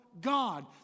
God